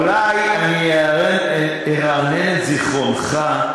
אולי אני ארענן את זיכרונך.